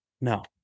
No